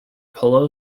polo